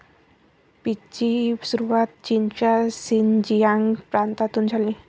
पीचची सुरुवात चीनच्या शिनजियांग प्रांतातून झाली